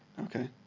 Okay